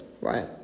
right